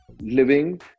living